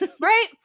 right